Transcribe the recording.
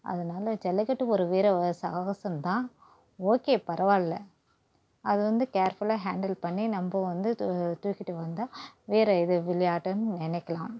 அதனால் ஜல்லிக்கட்டு ஒரு வீர வ சாகசம் தான் ஓகே பரவாயில்ல அது வந்து கேர்ஃபுல்லாக ஹேண்டில் பண்ணி நம்ம வந்து து தூக்கிவிட்டு வந்தால் வீர இது விளையாட்டுனு நினைக்கலாம்